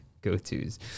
go-tos